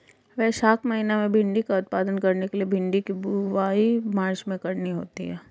वैशाख महीना में भिण्डी का उत्पादन करने के लिए भिंडी की बुवाई मार्च में करनी होती है